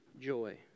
joy